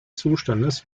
zustandes